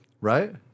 right